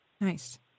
Nice